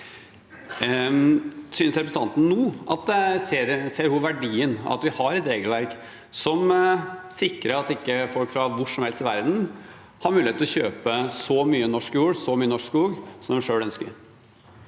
det. Ser representanten nå verdien av at vi har et regelverk som sikrer at ikke folk fra hvor som helst i verden har mulighet til å kjøpe så mye norsk jord og så mye norsk skog som de selv ønsker?